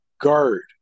guard